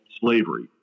slavery